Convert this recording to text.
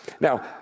Now